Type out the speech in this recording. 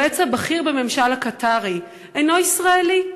היועץ הבכיר בממשל הקטארי הִנו ישראלי,